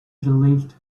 believed